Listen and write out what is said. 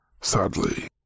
Sadly